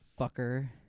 Fucker